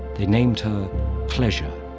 they named her pleasure,